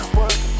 work